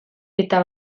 eta